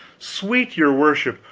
sweet your worship,